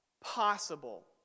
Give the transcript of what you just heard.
possible